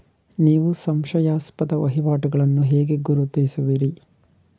ನೀವು ಸಂಶಯಾಸ್ಪದ ವಹಿವಾಟುಗಳನ್ನು ಹೇಗೆ ಗುರುತಿಸುವಿರಿ?